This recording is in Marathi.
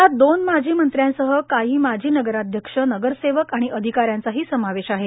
यात दोन माजी मंत्र्यांसह काही माजी नगराध्यक्ष नगर सेवक आणि अधिकाऱ्यांचा ही समावेश आहे